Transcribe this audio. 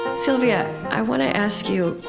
sylvia, i want to ask you,